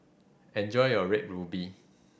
enjoy your Red Ruby